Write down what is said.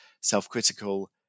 self-critical